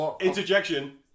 Interjection